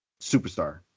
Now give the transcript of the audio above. superstar